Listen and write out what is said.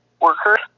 workers